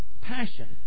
Passion